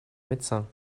médecin